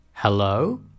Hello